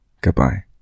Goodbye